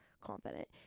confident